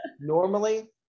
normally